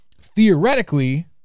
theoretically